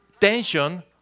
tension